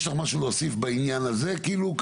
מינהל התכנון, יש לך משהו להוסיף בעניין הזה כרגע?